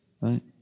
right